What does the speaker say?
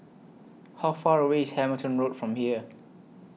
How Far away IS Hamilton Road from here